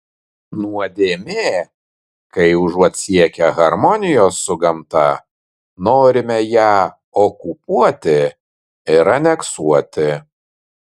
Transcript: nuodėmė kai užuot siekę harmonijos su gamta norime ją okupuoti ir aneksuoti